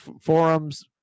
forums